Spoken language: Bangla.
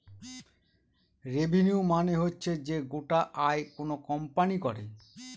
রেভিনিউ মানে হচ্ছে যে গোটা আয় কোনো কোম্পানি করে